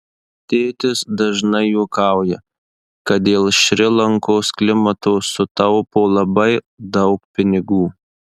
tėtis dažnai juokauja kad dėl šri lankos klimato sutaupo labai daug pinigų